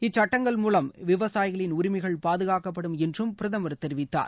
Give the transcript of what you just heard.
இச்சட்டங்கள் மூலம் விவசாயிகளின் உரிமைகள் பாதுகாக்கப்படும் என்றும் பிரதமர் தெரிவித்தார்